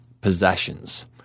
possessions